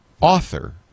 author